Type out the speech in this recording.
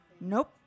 Nope